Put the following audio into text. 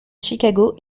chicago